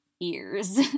ears